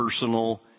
personal